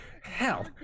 Hell